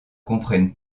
comprennent